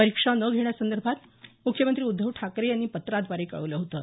परीक्षा नं घेण्यासंदर्भात मुख्यमंत्री उद्धव ठाकरे यांनी पत्राद्वारे कळविलं होतं